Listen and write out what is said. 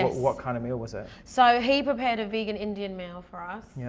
what kind of meal was it? so, he prepared a vegan indian meal for us. yeah